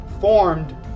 formed